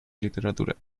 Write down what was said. literatura